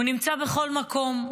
הוא נמצא בכל מקום,